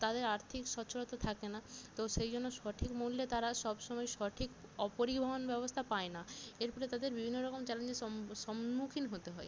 তাদের আর্থিক সচ্ছলতা থাকে না তো সেই জন্য সঠিক মূল্যে তারা সব সময় সঠিক অ পরিবহন ব্যবস্থা পায় না এর ফলে তাদের বিভিন্ন রকম চ্যালেঞ্জের সম্মু সম্মুখীন হতে হয়